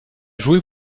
joué